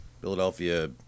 Philadelphia